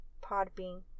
Podbean